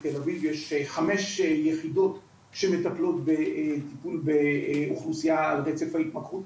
בתל אביב יש חמש יחידות שמטפלות בטיפול באוכלוסייה על רצף ההתמכרות,